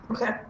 Okay